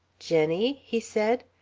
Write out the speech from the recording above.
jenny? he said.